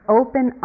open